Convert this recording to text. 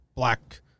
Black